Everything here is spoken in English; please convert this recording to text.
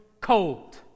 cold